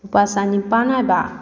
ꯂꯨꯄꯥ ꯆꯅꯤꯄꯥꯟ ꯍꯥꯏꯕ